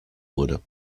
wurde